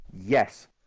yes